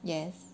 yes